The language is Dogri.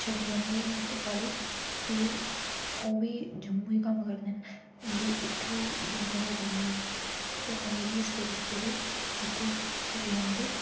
छड्डी जंदे हे ते कॉलेज की ओह्बी जम्मू ई कम्म करदे न उंदी इ'त्थें ई बिज़नेस ऐ जम्मू च ते ओह् मिगी सबैह्रे सबैह्रे इ'त्थें छड्डी आंदे